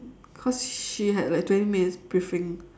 cause she had like twenty minutes briefing